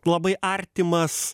labai artimas